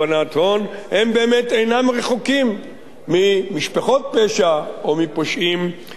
הם באמת אינם רחוקים ממשפחות פשע או מפושעים בדרך כלל.